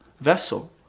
vessel